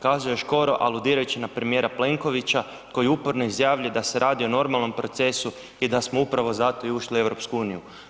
Kazao je Škoro, aludirajući na premijera Plenkovića koji uporno izjavljuje da se radi o normalnom procesu i da smo upravo zato i ušli u EU.